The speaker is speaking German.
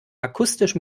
akustisch